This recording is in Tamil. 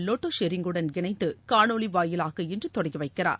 லோட்டே ஷெரிங்குடன் இணைந்து காணொலி வாயிலாக இன்று தொடங்கி வைக்கிறார்